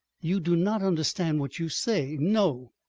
you do not understand what you say. no!